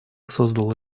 создало